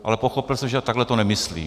Ale pochopil jsem, že takhle to nemyslí.